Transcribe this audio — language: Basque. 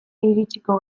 iritsiko